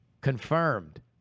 confirmed